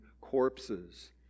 corpses